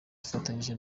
dufatanyije